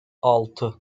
altı